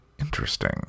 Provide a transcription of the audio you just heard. interesting